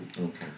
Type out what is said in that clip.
Okay